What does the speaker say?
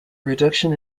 reduction